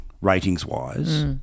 ratings-wise